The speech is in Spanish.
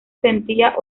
sentía